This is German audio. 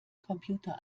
computer